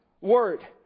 word